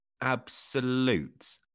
absolute